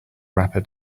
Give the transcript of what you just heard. wrapper